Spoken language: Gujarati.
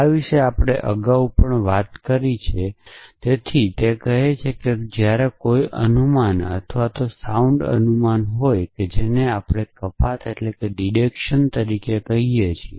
આ વિશે આપણે અગાઉ પણ વાત કરી છે તેથી તે કહે છે કે જ્યારે કોઈ અનુમાન અથવા સાઉન્ડ અનુમાન હોય છે જેને આપણે કપાત તરીકે કહીએ છીએ